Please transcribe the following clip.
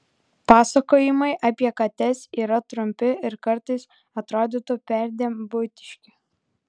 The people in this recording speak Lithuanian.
pasakojimai apie kates yra trumpi ir kartais atrodytų perdėm buitiški